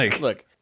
look